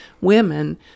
women